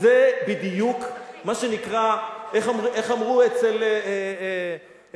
זה בדיוק, מה שנקרא, איך אמרו ב"כוורת",